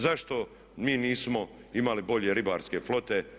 Zašto mi nismo imali bolje ribarske flote?